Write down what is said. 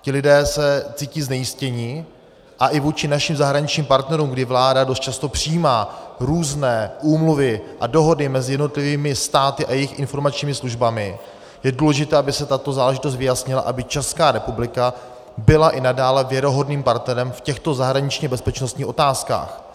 Ti lidé se cítí znejistěni, a i vůči zahraničním partnerům, kdy vláda dost často přijímá různé úmluvy a dohody mezi jednotlivými státy a jejich informačními službami, je důležité, aby se tato záležitost vyjasnila, aby Česká republika byla i nadále věrohodným partnerem v těchto zahraničněbezpečnostních otázkách.